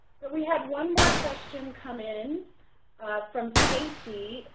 we had one more question come in from stacy,